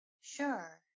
Sure